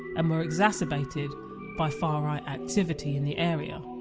and were exacerbated by far-right activity in the area.